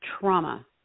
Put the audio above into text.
trauma